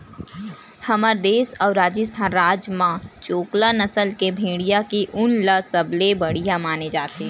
हमर देस अउ राजिस्थान राज म चोकला नसल के भेड़िया के ऊन ल सबले बड़िया माने जाथे